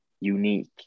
unique